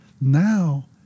Now